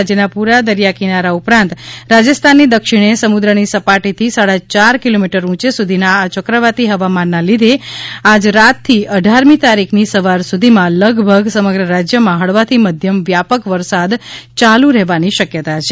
રાજયના પુરા દરિયા કિનારા ઉપરાંત રાજસ્થાનની દક્ષિણે સમુદ્રની સપાટીથી સાડા ચાર કિલોમીટર ઉચે સુધીના આ ચક્રવાતી હવામાનના લીધે આજ રાતથી અઢારમી તારીખની સવાર સુધીમાં લગભગ સમગ્ર રાજયમાં હળવાથી મધ્યમ વ્યાપક વરસાદ ચાલુ રહેવાની શકયતા છે